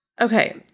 Okay